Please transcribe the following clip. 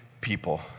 people